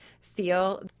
feel